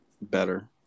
better